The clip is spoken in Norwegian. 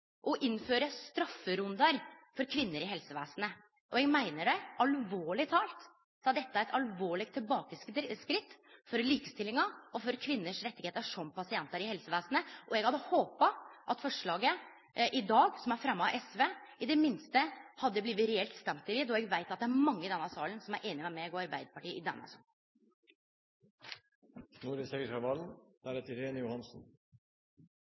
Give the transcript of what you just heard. å innføre strafferundar for kvinner i helsevesenet. Eg meiner alvorleg talt at dette er eit alvorleg tilbakeskritt for likestillinga, og for kvinner sine rettar som pasientar i helsevesenet. Eg hadde håpa at forslaget i dag, som er fremma av SV, i det minste hadde blitt reelt stemt over, då eg veit at det er mange i denne salen som er einige med meg og Arbeidarpartiet i denne saka. Retten til selvbestemt abort er